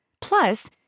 Plus